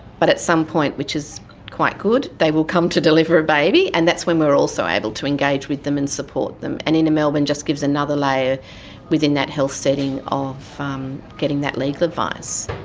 but at some point, which is quite good, they will come to deliver a baby and that's when we are also able to engage with them and support them, and inner melbourne just gives another layer within that health setting of um getting that legal advice.